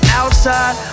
outside